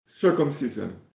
circumcision